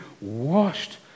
washed